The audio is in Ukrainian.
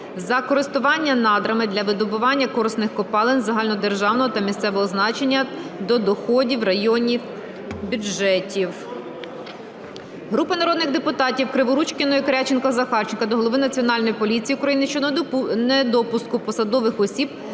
за користування надрами для видобування корисних копалин загальнодержавного та місцевого значення до доходів районних бюджетів. Групи народних депутатів (Криворучкіної, Корявченкова, Захарченка) до Голови Національної поліції України щодо недопуску посадових осіб